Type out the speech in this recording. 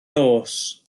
nos